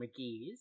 McGee's